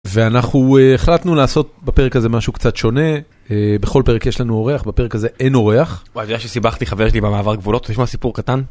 ואנחנו החלטנו לעשות בפרק הזה משהו קצת שונה, אה... בכל פרק יש לנו אורח, בפרק הזה אין אורח. וואי, אתה יודע שסיבכתי חבר שלי במעבר גבולות, רוצה לשמוע סיפור קטן?